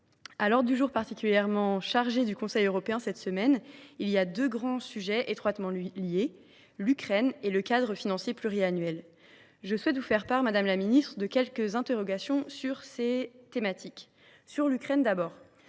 à l’ordre du jour particulièrement chargé du Conseil européen de cette semaine, il y a deux grands sujets étroitement liés : l’Ukraine et le cadre financier pluriannuel. Je souhaite vous faire part, madame la secrétaire d’État, de quelques interrogations sur ces thématiques. J’aborderai d’abord